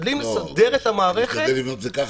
משתדלים לסדר את המערכת --- כשאני אומר "לבנות את זה ככה",